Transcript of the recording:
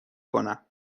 کنم